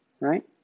right